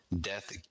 Death